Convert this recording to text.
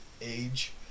age